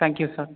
thank you sir